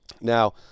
Now